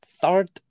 third